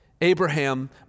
Abraham